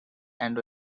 and